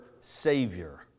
Savior